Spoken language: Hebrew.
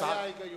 זה היה ההיגיון.